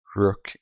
rook